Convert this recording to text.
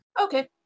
Okay